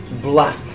black